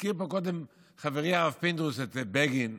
הזכיר פה קודם חברי הרב פינדרוס את בגין,